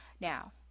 Now